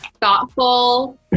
thoughtful